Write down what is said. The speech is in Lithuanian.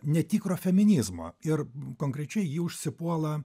netikro feminizmo ir konkrečiai ji užsipuola